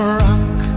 rock